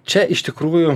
čia iš tikrųjų